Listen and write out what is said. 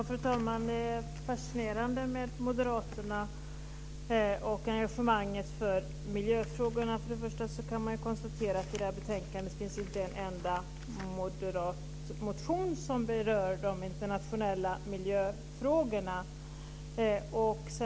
Fru talman! Det är fascinerande med moderaternas engagemang för miljöfrågor. Först och främst kan man konstatera att det i betänkandet inte finns med någon enda moderat motion som berör de internationella miljöfrågorna.